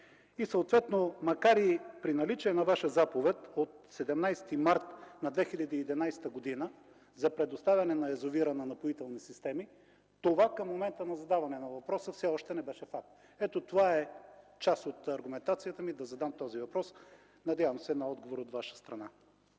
И съответно, макар и при наличие на Ваша заповед от 17 март на 2011 г. за предоставяне на язовира на „Напоителни системи”, това към момента на задаване на въпроса все още не беше факт. Това е част от аргументацията ми да Ви задам този въпрос. Надявам се на отговор от Ваша страна.